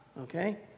okay